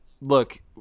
look